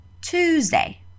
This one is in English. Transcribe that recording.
Tuesday